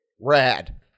Rad